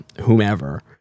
whomever